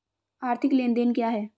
आर्थिक लेनदेन क्या है?